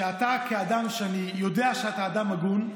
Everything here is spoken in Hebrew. שאתה כאדם, ואני יודע שאתה אדם הגון,